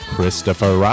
Christopher